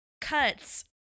cuts